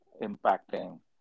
impacting